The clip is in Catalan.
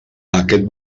aquest